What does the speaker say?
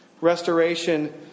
Restoration